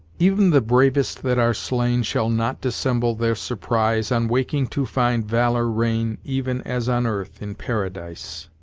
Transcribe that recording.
even the bravest that are slain shall not dissemble their surprise on waking to find valor reign, even as on earth, in paradise